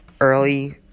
early